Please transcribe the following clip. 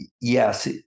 yes